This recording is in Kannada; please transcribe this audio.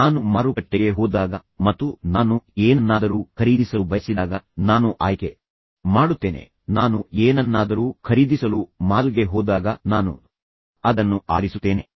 ನಾನು ಮಾರುಕಟ್ಟೆಗೆ ಹೋದಾಗ ಮತ್ತು ನಾನು ಏನನ್ನಾದರೂ ಖರೀದಿಸಲು ಬಯಸಿದಾಗ ನಾನು ಆಯ್ಕೆ ಮಾಡುತ್ತೇನೆ ನಾನು ಏನನ್ನಾದರೂ ಖರೀದಿಸಲು ಮಾಲ್ಗೆ ಹೋದಾಗ ನಾನು ಅದನ್ನು ಆರಿಸುತ್ತೇನೆ